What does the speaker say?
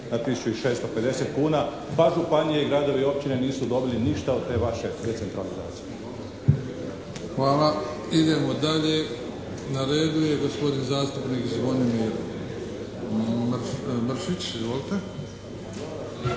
650 kuna, pa županije, gradovi i općine nisu dobili ništa od te vaše decentralizacije. Hvala. **Bebić, Luka (HDZ)** Idemo dalje, na redu je gospodin zastupnik Zvonimir Mršić. Izvolite.